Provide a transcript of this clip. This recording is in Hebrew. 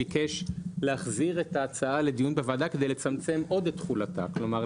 ביקש להחזיר את ההצעה לדיון בוועדה כדי לצמצם עוד את תחולתה כלומר,